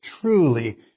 truly